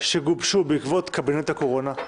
שגובשו בעקבות קבינט הקורונה,